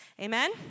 Amen